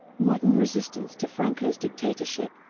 modern resistance to franco's dictatorship,